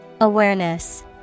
Awareness